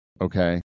okay